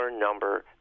number